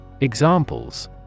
Examples